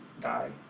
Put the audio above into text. die